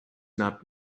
not